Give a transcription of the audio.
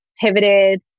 pivoted